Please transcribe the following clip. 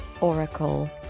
Oracle